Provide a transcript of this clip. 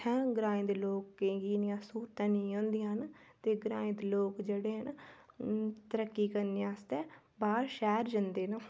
उत्थै ग्राएं दे लोकें गी इ'न्नियां स्हूलतां नेईं होंदियां न ते ग्राएं दे लोक जेह्ड़े न तरक्की करने आस्तै बाह्र शैह्र जंदे न